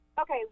Okay